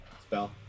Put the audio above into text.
spell